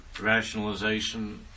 rationalization